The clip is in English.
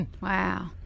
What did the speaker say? Wow